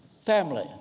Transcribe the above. family